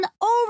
over